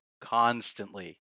constantly